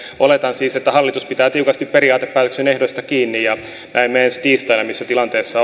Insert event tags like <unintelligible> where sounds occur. oletan siis että hallitus pitää tiukasti periaatepäätöksen ehdoista kiinni ja näemme ensi tiistaina missä tilanteessa <unintelligible>